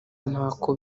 ntako